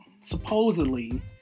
supposedly